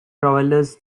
travelers